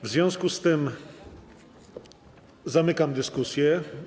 W związku z tym zamykam dyskusję.